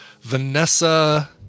Vanessa